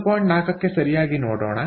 4 ಕ್ಕೆ ಸರಿಯಾಗಿ ನೋಡೋಣ